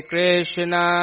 Krishna